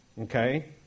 okay